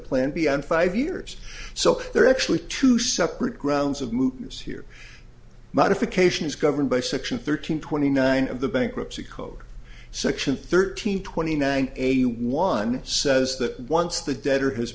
plan beyond five years so there are actually two separate grounds of movements here modification is governed by section thirteen twenty nine of the bankruptcy code section thirteen twenty nine eighty one says that once the debtor has